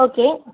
okay